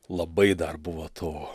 labai dar buvo to